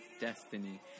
destiny